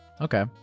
Okay